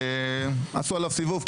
עשו עליו סיבוב,